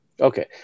Okay